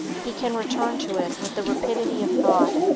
he can return to it with the rapidity of thought,